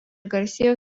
garsėjo